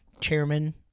Chairman